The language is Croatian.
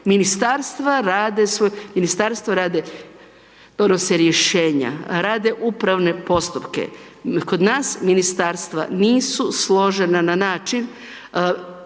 Ministarstvo donose rješenja, rade upravne postupke, kod nas ministarstva nisu složena na način